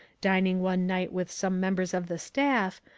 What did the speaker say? dining one night with some members of the staff,